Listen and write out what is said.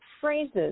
phrases